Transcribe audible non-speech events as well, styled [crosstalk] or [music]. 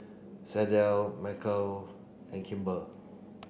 [unintelligible] Michaele and Kimber